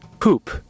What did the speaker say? poop